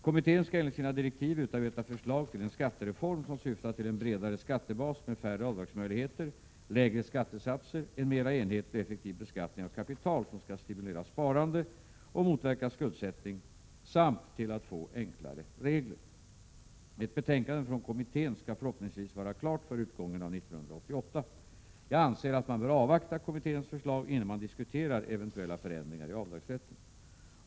Kommittén skall enligt sina direktiv utarbeta förslag till en skattereform som syftar till en bredare skattebas med färre avdragsmöjligheter, lägre skattesatser, en mera enhetlig och effektiv beskattning av kapital som skall stimulera sparande och motverka skuldsättning samt till att få enklare regler. Ett betänkande från kommittén skall förhoppningsvis vara klart före utgången av 1988. Jag anser att man bör avvakta kommitténs förslag innan man diskuterar eventuella förändringar i avdragsrätten.